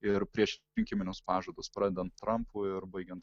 ir prieš rinkiminius pažadus pradedant trampu ir baigiant